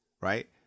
Right